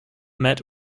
met